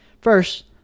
First